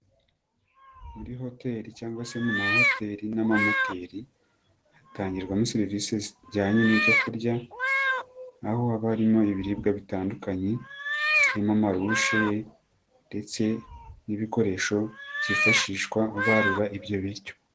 Muri hoteli cyangwa se mu mahoteli n'amamoteri, hatangirwamo serivisi zijyanye n'ibyo kurya, aho haba harimo ibiribwa bitandukanye birimo amarushe ndetse n'ibikoresho byifashishwa barura ibyo biryo.